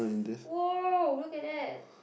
!woah! look at that